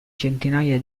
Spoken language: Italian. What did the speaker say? centinaia